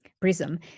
Prism